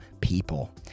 people